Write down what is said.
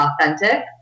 authentic